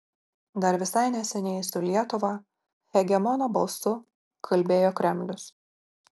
dar visai neseniai su lietuva hegemono balsu kalbėjo kremlius